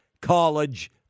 college